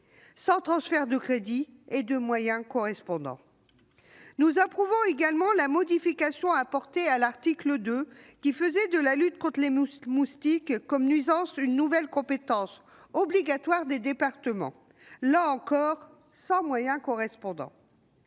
sans transfert de crédits ni de moyens correspondants. Nous approuvons également la modification apportée à l'article 2, qui faisait de la lutte contre les moustiques, en tant que nuisance, une nouvelle compétence obligatoire des départements- là encore, sans moyens correspondants.